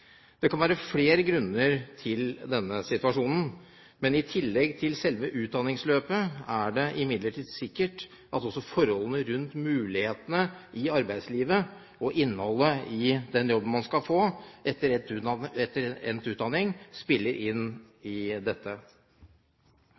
Det kan være flere grunner til denne situasjonen, men i tillegg til selve utdanningsløpet er det sikkert at også forholdene rundt mulighetene i arbeidslivet og innholdet i den jobben man skal få etter endt utdanning, spiller inn.